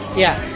yeah.